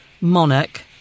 monarch